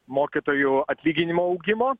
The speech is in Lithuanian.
mokytojų atlyginimų augimo